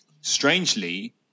Strangely